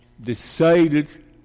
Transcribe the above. decided